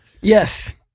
Yes